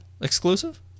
exclusive